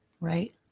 right